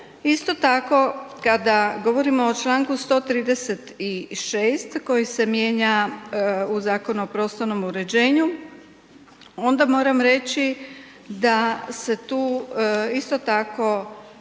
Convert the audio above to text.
Isto tako kada govorimo o članku 136 koji se mijenja u Zakonu o prostornom uređenju, onda moram reći da se tu isto tako